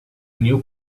new